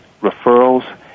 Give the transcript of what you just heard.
Referrals